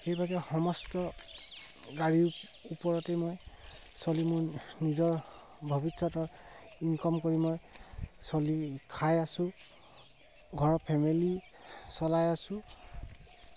সেইভাগে সমস্ত গাড়ী ওপৰতেই মই চলি মোৰ নিজৰ ভৱিষ্যতৰ ইনকম কৰি মই চলি খাই আছো ঘৰৰ ফেমিলি চলাই আছো